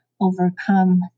overcome